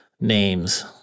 names